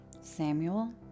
Samuel